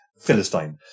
philistine